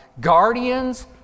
Guardians